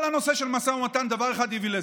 כל הנושא של משא ומתן דבר, אחד הביא לזה: